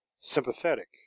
sympathetic